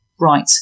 right